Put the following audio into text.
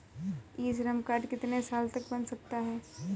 ई Shram card कितने साल तक बन सकता है?